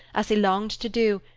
as he longed to do,